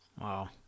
Wow